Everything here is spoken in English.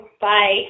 bye